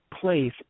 place